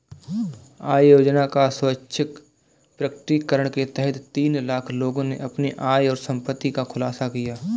आय योजना का स्वैच्छिक प्रकटीकरण के तहत तीन लाख लोगों ने अपनी आय और संपत्ति का खुलासा किया